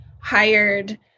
hired